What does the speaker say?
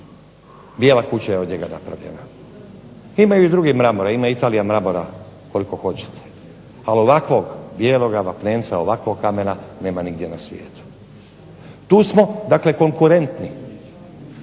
Bijela kuća je od njega napravljena. Imaju i drugi mramora, ima Italija mramora koliko hoćete, ali ovakvog bijeloga vapnenca, ovakvog kamena nema nigdje na svijetu. Tu smo dakle konkurentni.